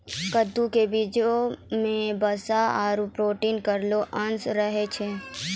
कद्दू क बीजो म वसा आरु प्रोटीन केरो अंश रहै छै